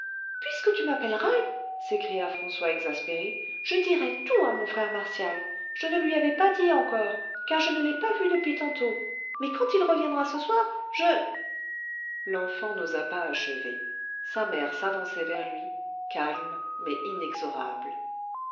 puisque tu m'appelles raille s'écria françois exaspéré je dirai tout à mon frère martial je ne lui avais pas dit encore car je ne l'ai pas vu depuis tantôt mais quand il reviendra ce soir je l'enfant n'osa pas achever sa mère s'avançait vers lui calme mais inexorable